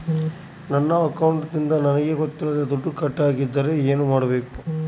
ನನ್ನ ಅಕೌಂಟಿಂದ ನನಗೆ ಗೊತ್ತಿಲ್ಲದೆ ದುಡ್ಡು ಕಟ್ಟಾಗಿದ್ದರೆ ಏನು ಮಾಡಬೇಕು?